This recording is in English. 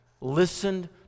listened